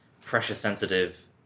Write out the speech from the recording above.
pressure-sensitive